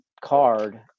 card